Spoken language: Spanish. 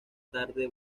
tarde